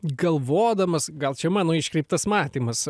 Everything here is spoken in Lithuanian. galvodamas gal čia mano iškreiptas matymas